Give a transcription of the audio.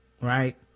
Right